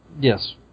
Yes